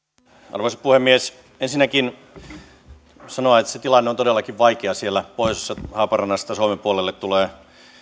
arvoisa puhemies ensinnäkin voin sanoa että se tilanne on todellakin vaikea siellä pohjoisessa haaparannasta suomen puolelle tulee